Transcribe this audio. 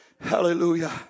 Hallelujah